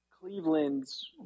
Cleveland's